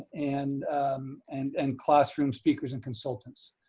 and and and classroom speakers and consultants.